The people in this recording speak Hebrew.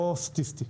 לא סטטיסטי,